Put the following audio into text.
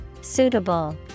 Suitable